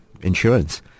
insurance